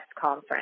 conference